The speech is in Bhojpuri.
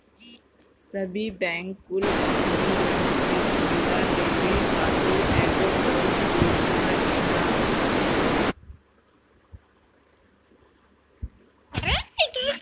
सब बैंक कुल अपनी ग्राहक के सुविधा देवे खातिर एगो टोल फ्री नंबर देला